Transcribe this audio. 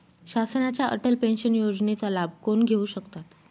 शासनाच्या अटल पेन्शन योजनेचा लाभ कोण घेऊ शकतात?